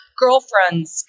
girlfriends